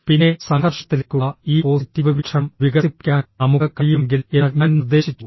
പിന്നെ സംഘർഷത്തിലേക്കുള്ള ഈ പോസിറ്റീവ് വീക്ഷണം വികസിപ്പിക്കാൻ നമുക്ക് കഴിയുമെങ്കിൽ എന്ന് ഞാൻ നിർദ്ദേശിച്ചു